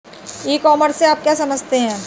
ई commerce से आप क्या समझते हैं?